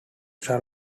xtra